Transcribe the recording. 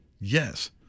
Yes